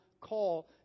call